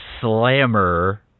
Slammer